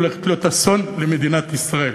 הולכת להיות אסון למדינת ישראל.